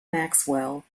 maxwell